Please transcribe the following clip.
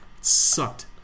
sucked